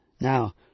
Now